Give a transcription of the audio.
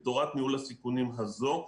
בתורת ניהול הסיכונים הזו,